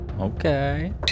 Okay